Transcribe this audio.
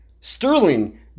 Sterling